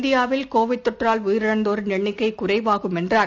இந்தியாவில் கோவிட் தொற்றால் உயிரிழந்தோரின் எண்ணிக்கை குறைவாகும் என்றார்